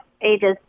ages